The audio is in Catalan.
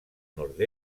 nord